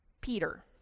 Peter